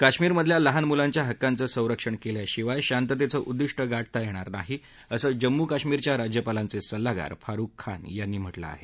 काश्मीरमधल्या लहान मुलांच्या हक्कांचं संरक्षण केल्याशिवाय शांततेचं उद्दिष्ट गाठता येणार नाही असं जम्मू आणि काश्मीरच्या राज्यपालांचे सल्लागार फारुख खान यांनी म्हटलं आहे